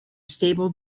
stable